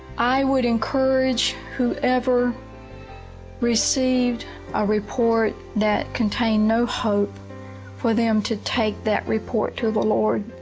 i would encourage whoever received a report that contained no hope for them, to take that report to the lord.